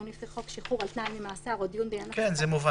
דיון לפי חוק שחרור על תנאי ממאסר או דיון בעניין --- זה מובן.